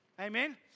amen